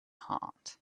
heart